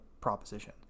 proposition